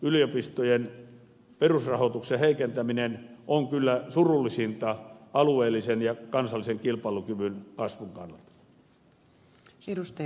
yliopistojen perusrahoituksen heikentäminen on kyllä surullisinta alueellisen ja kansallisen kilpailukyvyn kasvun kannalta